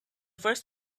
first